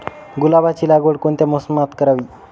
गुलाबाची लागवड कोणत्या मोसमात करावी?